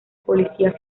policía